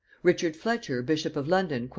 richard fletcher bishop of london,